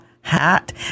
hat